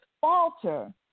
falter